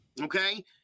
okay